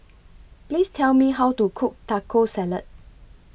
Please Tell Me How to Cook Taco Salad